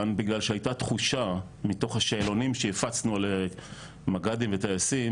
בגלל שהייתה תחושה מתוך השאלונים שהפצנו למג"דים וטייסים,